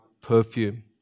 perfume